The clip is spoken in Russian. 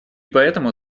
поэтому